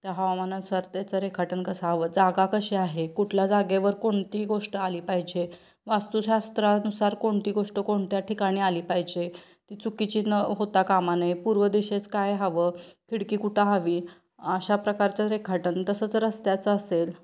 त्या हवामानानुसार त्याचं रेखाटन कसा हवं जागा कसे आहे कुठल्या जागेवर कोणती गोष्ट आली पाहिजे वास्तुशास्त्रानुसार कोणती गोष्ट कोणत्या ठिकाणी आली पाहिजे ती चुकीची न होता कामा नये पूर्व दिशेच काय हवं खिडकी कुठं हवी अशा प्रकारचं रेखाटन तसंच रस्त्याचं असेल